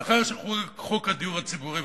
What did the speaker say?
לאחר שחוקק חוק הדיור הציבורי,